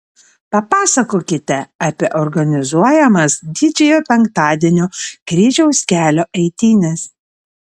papasakokite apie organizuojamas didžiojo penktadienio kryžiaus kelio eitynes